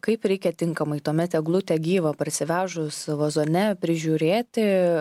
kaip reikia tinkamai tuomet eglutę gyvą parsivežus vazone prižiūrėti